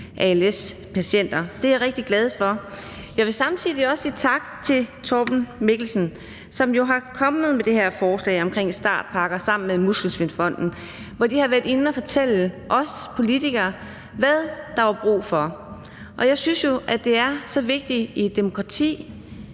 als-patienter. Det er jeg rigtig glad for. Jeg vil samtidig også sige tak til Torben Mikkelsen, som jo er kommet med det her forslag omkring startpakker sammen med Muskelsvindfonden, hvor de har været inde at fortælle os politikere, hvad der var brug for, og jeg synes jo, at det er så vigtigt i et demokrati,